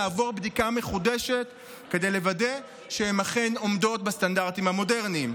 לעבור בדיקה מחודשת כדי לוודא שהן אכן עומדות בסטנדרטים המודרניים.